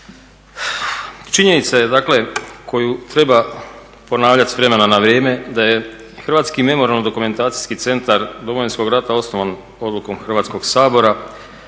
Činjenica je dakle, koju treba ponavljati s vremena na vrijeme da je Hrvatski memorijalni dokumentacijski centar Domovinskog rata osnovan odlukom Hrvatskog sabora,